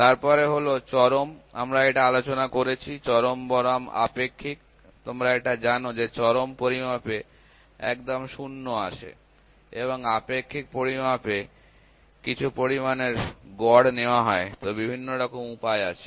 তারপরে হলো চরম আমরা এটা আলোচনা করেছি চরম বনাম আপেক্ষিক তোমরা এটা জানো যে চরম পরিমাপে একদম ০ শূন্য আসে এবং আপেক্ষিক পরিমাপে কিছু পরিমাণ এর গড় নেওয়া হয় তো বিভিন্ন রকম উপায় আছে